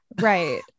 Right